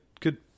good